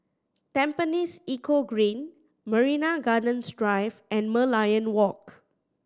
Tampines Eco Green Marina Gardens Drive and Merlion Walk